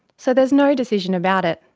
so there's no decision about it.